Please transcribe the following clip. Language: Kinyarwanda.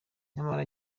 nyamara